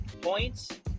points